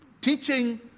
teaching